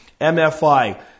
MFI